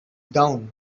down